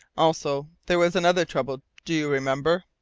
also there was another trouble do you remember?